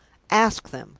ask them!